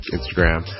Instagram